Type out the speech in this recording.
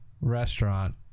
restaurant